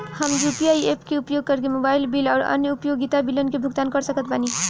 हम UPI apps के उपयोग करके मोबाइल बिल आउर अन्य उपयोगिता बिलन के भुगतान कर सकत बानी